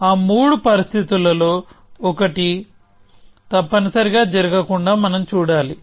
ఆ మూడు పరిస్థితులలో ఒకటి తప్పనిసరిగా జరగకుండా మనం చూడాలి